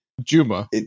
Juma